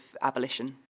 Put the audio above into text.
abolition